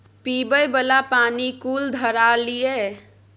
पीबय बला पानि कुल धरातलीय पानिक तीन प्रतिशत छै ग्लासियर, धार, पोखरिक रुप मे